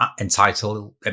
entitled